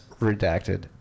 redacted